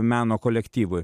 meno kolektyvui